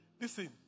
Listen